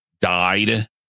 died